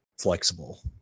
flexible